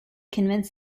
convinced